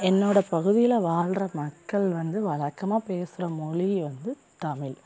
என்னோடய பகுதியில் வாழ்ற மக்கள் வந்து வழக்கமா பேசுகிற மொழி வந்து தமிழ்